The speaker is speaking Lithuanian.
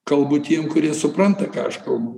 kalbu tiem kurie supranta ką aš kalbu